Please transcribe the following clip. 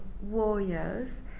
warriors